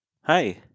Hi